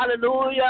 Hallelujah